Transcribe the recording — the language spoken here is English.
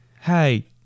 Hey